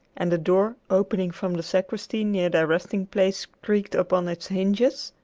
and the door, opening from the sacristy near their resting place, creaked upon its hinges,